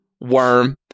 Worm